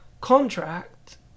contract